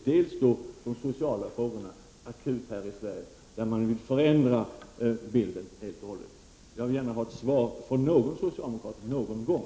Detta gäller främst de sociala frågorna, som är akuta i Sverige och där bilden håller på att förändras helt och hållet. Jag vill gärna ha ett svar från någon socialdemokrat någon gång.